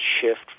shift